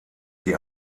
die